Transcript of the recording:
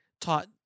taught